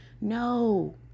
No